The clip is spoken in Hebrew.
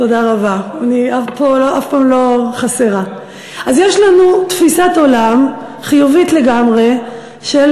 אז יש לנו תפיסת עולם חיובית לגמרי של